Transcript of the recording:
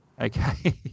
Okay